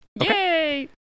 Yay